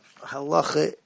Halacha